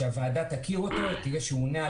שהוועדה תכיר אותו כי יש ממונה על כל המכרזים.